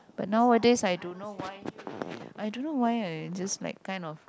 but nowadays I don't know why I don't know why I just like kind of